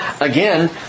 again